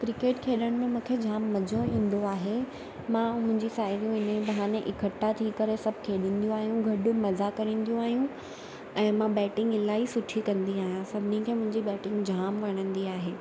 cricket खेॾण में मूंखे जाम मज़ो ईंदो आहे मां ऐं मुंहिंजी साहेड़ियूं हिन बहाने इकठा थी करे सभु खेॾंदियूं आहियूं गॾु मज़ा कंदियूं आहियूं ऐं मां बैटिंग इलाही सुठी कंदी आहियां सभिनी खे मुंहिंजी बैटिंग जाम वणंदी आहे